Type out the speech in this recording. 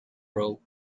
rope